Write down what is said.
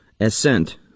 Ascent